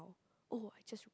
oh I just